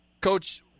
Coach